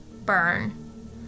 burn